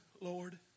Lord